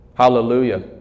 Hallelujah